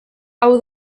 hau